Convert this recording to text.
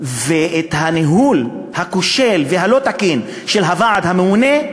ואת הניהול הכושל והלא-תקין של הוועדה הממונה,